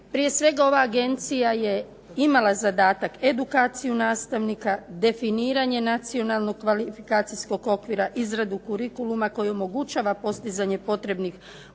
Prije svega ova Agencija je imala zadatak edukaciju nastavnika, definiranje nacionalnog kvalifikacijskog okvira, izradu kurikuluma koji omogućava postizanje potrebnih